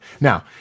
Now